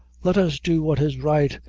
let us do what is right,